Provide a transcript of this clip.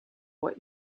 what